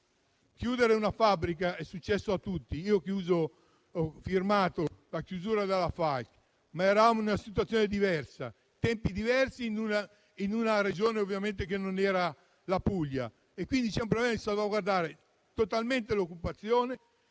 Chiudere una fabbrica è successo a tutti. Io ho firmato la chiusura di una fabbrica, ma eravamo in una situazione diversa, in tempi diversi, in una Regione che non era la Puglia. Quindi, c'è il problema di salvaguardare totalmente l'occupazione,